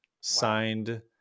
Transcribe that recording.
Signed